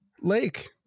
lake